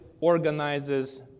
organizes